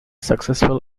successful